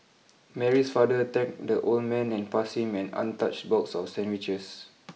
Mary's father thanked the old man and passed him an untouched box of sandwiches